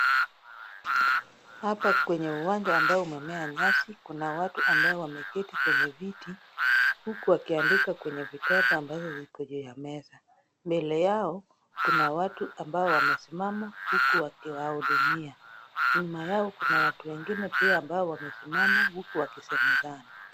Hapa kwenye uwanja ambao umemea nyasi, kuna watu ambao wameketi kwenye viti, huku wakiandika kwenye vitabu ambazo ziko juu ya meza. Mbele yao kuna watu ambao wamesimama huku wakiwahudumia. Nyuma yao pia kuna watu wengine ambao wamesimama huku wakisemezana.